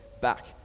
back